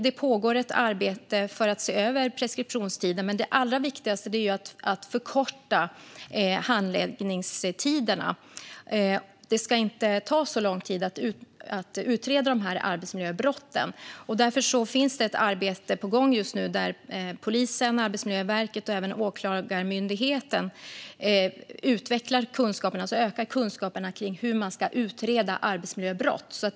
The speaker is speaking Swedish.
Det pågår ett arbete för att se över preskriptionstiden, men det allra viktigaste är att förkorta handläggningstiderna. Det ska inte ta så lång tid att utreda arbetsmiljöbrott. Därför pågår just nu ett arbete där Polismyndigheten, Arbetsmiljöverket och Åklagarmyndigheten utvecklar och ökar kunskaperna om att utreda arbetsmiljöbrott.